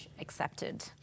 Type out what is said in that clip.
accepted